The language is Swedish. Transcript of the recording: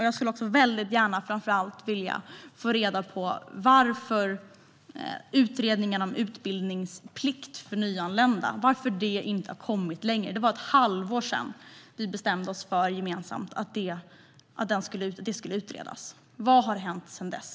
Jag skulle också väldigt gärna vilja få veta varför utredningen om utbildningsplikt för nyanlända inte har kommit längre. Det är ett halvår sedan vi gemensamt bestämde att detta skulle utredas. Vad har hänt sedan dess?